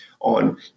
on